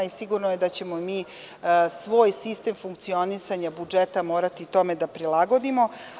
Sigurno je da ćemo mi svoj sistem funkcionisanja budžeta morati tome da prilagodimo.